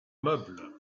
meuble